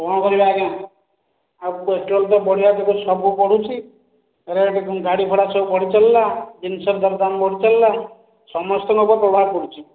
କଣ କରିବା ଆଜ୍ଞା ଆଉ ପେଟ୍ରୋଲ ତ ବଢ଼ିବାକୁ ସବୁ ବଢୁଛି ରେଟ୍ ଗାଡ଼ି ଭଡ଼ା ସବୁ ବଢ଼ି ଚାଲିଲା ଜିନିଷ ଦର ଦାମ୍ ବଢ଼ି ଚାଲିଲା ସମସ୍ତଙ୍କ ଉପରେ ପ୍ରଭାବ ପଡ଼ୁଛି